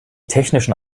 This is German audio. technischen